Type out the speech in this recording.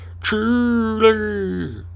truly